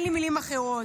אין לי מילים אחרות.